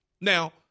Now